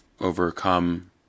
overcome